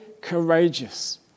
courageous